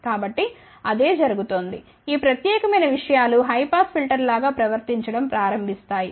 కాబట్టి అదే జరుగుతోంది ఈ ప్రత్యేకమైన విషయాలు హై పాస్ ఫిల్టర్ లాగా ప్రవర్తించడం ప్రారంభిస్తాయి